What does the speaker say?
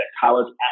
college